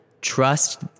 trust